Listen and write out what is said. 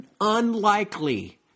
unlikely